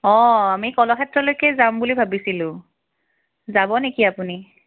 অঁ আমি কলাক্ষেত্ৰলৈকে যাম বুলি ভাবিছিলোঁ যাব নেকি আপুনি